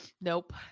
Nope